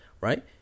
Right